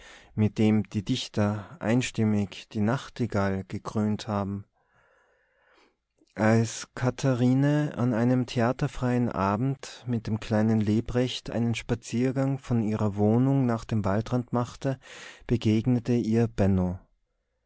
mit dem die dichter einstimmig die nachtigall gekrönt haben als katharine an einem theaterfreien abend mit dem kleinen lebrecht einen spaziergang von ihrer wohnung nach dem waldrand machte begegnete ihr